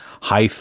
high